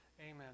Amen